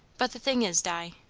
but the thing is, di,